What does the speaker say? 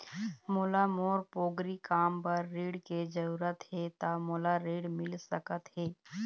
मोला मोर पोगरी काम बर ऋण के जरूरत हे ता मोला ऋण मिल सकत हे?